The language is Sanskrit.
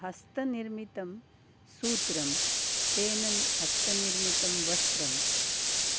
हस्तनिर्मितं सूत्रं तेन हस्तनिर्मितं वस्त्रम्